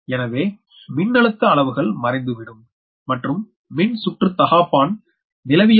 எனவே மின்னழுத்த அளவுகள் மறைந்துவிடும் மற்றும் மின் சுற்றுத் தகாப்பான் நிலவியல்